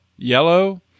Yellow